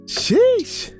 Sheesh